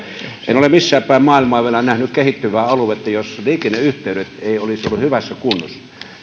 en ole missään päin maailmaa vielä nähnyt kehittyvää aluetta jossa liikenneyhteydet eivät olisi olleet hyvässä kunnossa